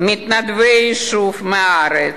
מתנדבי היישוב מהארץ,